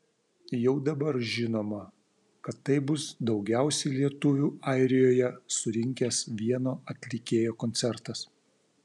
jau dabar žinoma kad tai bus daugiausiai lietuvių airijoje surinkęs vieno atlikėjo koncertas